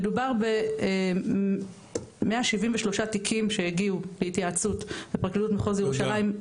מדובר ב-173 תיקים שהגיעו בהתייעצות בפרקליטות מחוז ירושלים.